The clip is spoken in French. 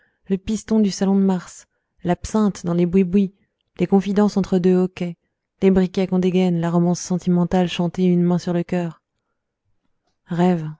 le piston du salon de mars l'absinthe dans les bouisbouis les confidences entre deux hoquets les briquets qu'on dégaîne la romance sentimentale chantée une main sur le cœur rêve